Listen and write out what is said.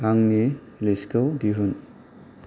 आंनि लिस्तखौ दिहुन